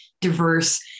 diverse